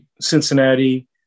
Cincinnati